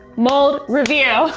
mold review